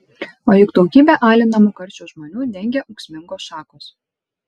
o juk daugybę alinamų karščio žmonių dengia ūksmingos šakos